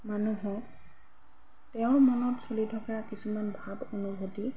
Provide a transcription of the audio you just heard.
মানুহক তেওঁৰ মনত চলি থকা কিছুমান ভাৱ অনুভূতি